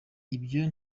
ibyo